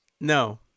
No